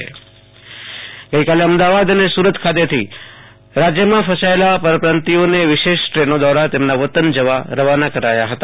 આશુતોષ અંતાણી રાજય વિશેષ ટ્રનો ગઈકાલે અમદાવાદ અને સૂરત ખાતેથી રાજયમાં ફસાયેલા પરપ્રાંતિઓને વિશેષ ટ્રનો દવારા તેમના વતન જવા રવાના કરાયા હતા